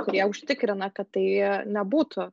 kurie užtikrina kad tai nebūtų